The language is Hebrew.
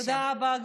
תודה רבה.